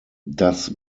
das